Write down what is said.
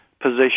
position